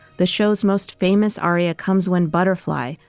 the show's most famous aria comes when butterfly,